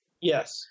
Yes